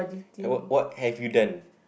w~ what have you done